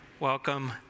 welcome